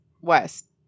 West